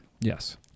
Yes